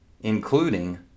including